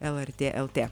lrt lt